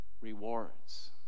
rewards